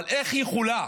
אבל איך יכולה